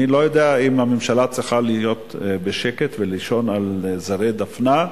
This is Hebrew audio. אני לא יודע אם הממשלה צריכה להיות בשקט ולנוח על זרי הדפנה,